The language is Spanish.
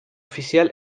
oficial